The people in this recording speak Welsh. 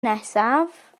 nesaf